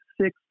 six